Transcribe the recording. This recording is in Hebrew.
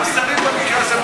סליחה,